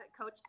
coach